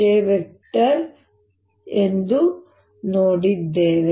j ಎಂದು ನೋಡಿದ್ದೇವೆ